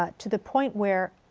ah to the point where,